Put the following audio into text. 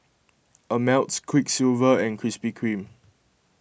Ameltz Quiksilver and Krispy Kreme